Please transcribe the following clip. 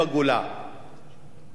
בזכויות מלאות,